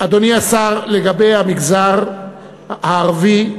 לגבי המגזר הערבי,